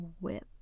whip